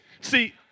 See